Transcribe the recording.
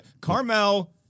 Carmel